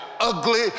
ugly